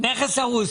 טוב, נכס הרוס.